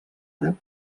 àrab